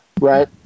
right